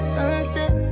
Sunset